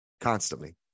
constantly